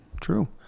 true